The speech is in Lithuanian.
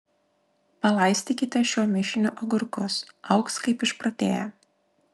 palaistykite šiuo mišiniu agurkus augs kaip išprotėję